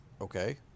Okay